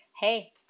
hey